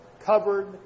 covered